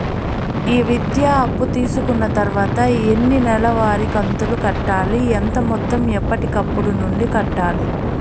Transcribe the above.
ఈ విద్యా అప్పు తీసుకున్న తర్వాత ఎన్ని నెలవారి కంతులు కట్టాలి? ఎంత మొత్తం ఎప్పటికప్పుడు నుండి కట్టాలి?